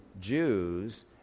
Jews